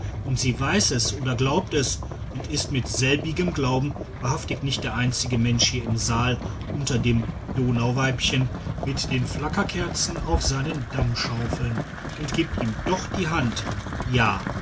und sie weiß es oder glaubt es und ist mit selbigem glauben wahrhaftig nicht der einzige mensch hier im saal unter dem donauweibchen mit den flackerkerzen auf seinen damschaufeln und gibt ihm doch die hand ja